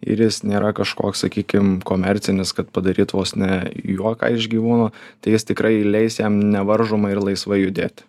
ir jis nėra kažkoks sakykim komercinis kad padaryt vos ne juoką iš gyvūno tai jis tikrai leis jam nevaržomai ir laisvai judėti